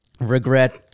regret